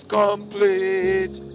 complete